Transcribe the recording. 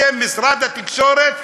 בשם משרד התקשורת,